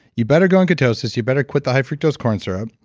you better go in ketosis you better quit the high fructose corn syrup,